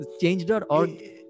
Change.org